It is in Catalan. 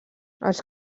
els